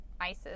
ISIS